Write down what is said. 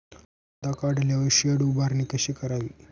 कांदा काढल्यावर शेड उभारणी कशी करावी?